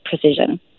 precision